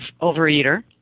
overeater